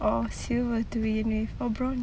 or silver to be honest or bronze